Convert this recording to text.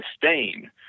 sustain